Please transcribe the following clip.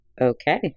Okay